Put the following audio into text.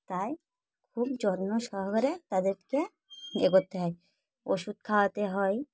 তাই খুব যত্ন সহকারে তাদেরকে এ করতে হয় ওষুধ খাওয়াতে হয়